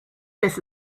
this